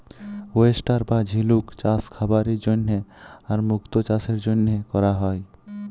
oyster বা ঝিলুক চাস খাবারের জন্হে আর মুক্ত চাসের জনহে ক্যরা হ্যয়ে